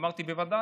אמרתי: בוודאי.